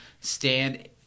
stand